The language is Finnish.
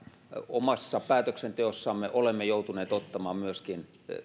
omassa päätöksenteossamme olemme joutuneet ottamaan myöskin